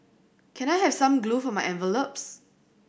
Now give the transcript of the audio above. can I have some glue for my envelopes